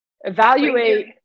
evaluate